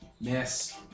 Miss